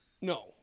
No